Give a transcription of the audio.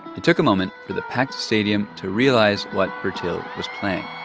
it took a moment for the packed stadium to realize what purtill was playing